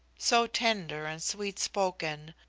so tender and sweet-spoken,